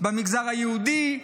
במגזר היהודי,